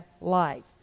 life